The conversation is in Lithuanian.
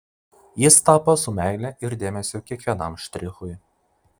jis tapo su meile ir dėmesiu kiekvienam štrichui